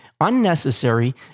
unnecessary